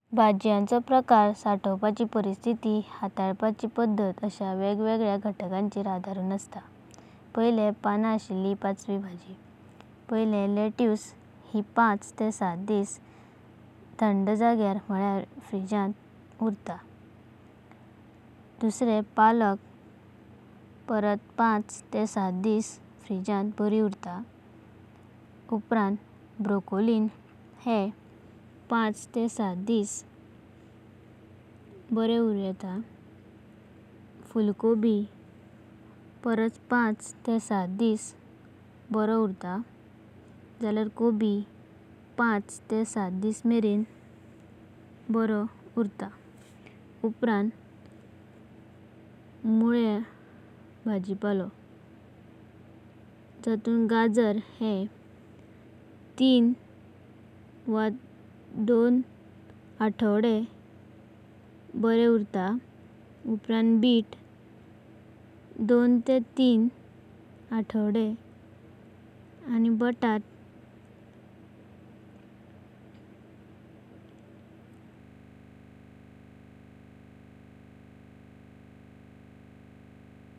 भजायेको प्रकार, संथोवपाची परिस्थिती, हाताळपाची पद्धत अशा वेगवेगळ्या घटकांचेर आदरून असता। पायले पाणां अशिल्लिं पाचवी भाजी। लाटयुस पाच ते सात दिस थंड जागेयर म्हालयार फ्रिजरांत उरता। पालका परत पाच ते सात दिस फ्रीजरांत बारी उरता। उपरांत ब्रोकोली हे पाच ते सात दिस बरेम उरू येता। फुलकाबी परत पाच ते सात दिस मेरेन बरो उरता। जालेयर काबी तीन ते पाचा दिस बारी उरता। मुर्लां भाजीपालो जातुन गाजरा हे तीन वा दोन आठवडें बरे उरता दवडारतात। उपरांत बीट दोन ते तीन आठवडें जालेयर आनी बटाटा।